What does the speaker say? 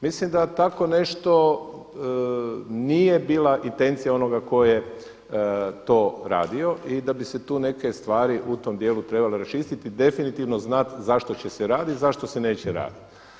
Mislim da tako nešto nije bila intencija onoga tko je to radio i da bi se tu neke stvari u tom dijelu trebale raščistiti, definitivno znati zašto će se raditi, zašto se neće raditi.